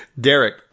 Derek